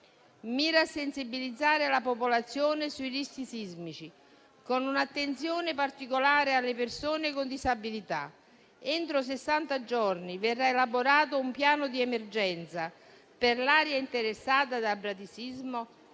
mira a sensibilizzare la popolazione sui rischi sismici, con un'attenzione particolare alle persone con disabilità. Entro sessanta giorni verrà elaborato un piano di emergenza per l'area interessata dal bradisismo,